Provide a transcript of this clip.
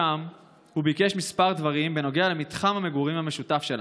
שם הוא ביקש כמה דברים בנוגע למתחם המגורים המשותף שלנו.